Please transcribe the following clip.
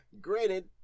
Granted